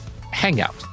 Hangout